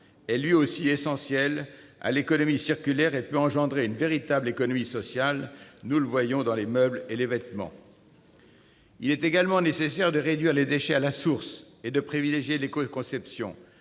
est lui aussi essentiel à l'économie circulaire et peut engendrer une véritable économie sociale. Nous le voyons par exemple avec les meubles et les vêtements. Il est également nécessaire de réduire les déchets à la source et de privilégier l'éco-conception,